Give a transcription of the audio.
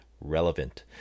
relevant